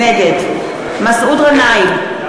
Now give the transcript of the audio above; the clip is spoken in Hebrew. נגד מסעוד גנאים,